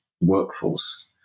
workforce